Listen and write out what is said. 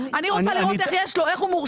אני רוצה לראות איך הוא מורשע,